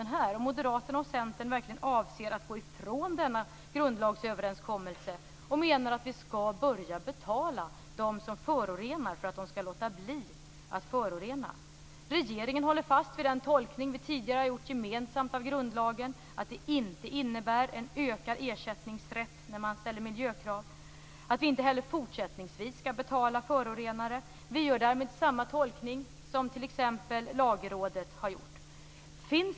Jag förstår inte om Moderaterna och Centern verkligen avser att gå ifrån denna grundlagsöverenskommelse och menar att vi skall börja betala dem som förorenar för att de skall låta bli att förorena. Regeringen håller fast vid den tolkning vi tidigare gemensamt har gjort av grundlagen. Vi håller fast vid att det inte innebär en ökad ersättningsrätt när man ställer miljökrav och att vi inte heller fortsättningsvis skall betala förorenare. Vi gör därmed samma tolkning som t.ex. Lagrådet har gjort.